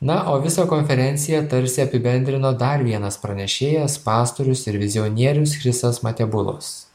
na o visą konferenciją tarsi apibendrino dar vienas pranešėjas pastorius ir vizionierius chrisas matebulos